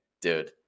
dude